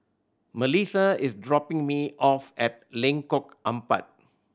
Malissa is dropping me off at Lengkok Empat